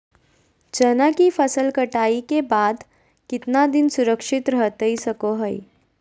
चना की फसल कटाई के बाद कितना दिन सुरक्षित रहतई सको हय?